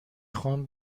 خوام